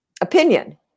opinion